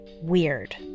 weird